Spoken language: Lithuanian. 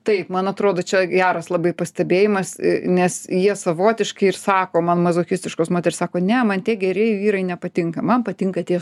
taip man atrodo čia geras labai pastebėjimas nes jie savotiškai ir sako man mazochistiškos moterys sako ne man tie geri vyrai nepatinka man patinka tie